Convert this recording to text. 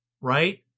right